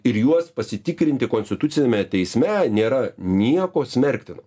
ir juos pasitikrinti konstituciniame teisme nėra nieko smerktino